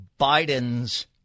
Biden's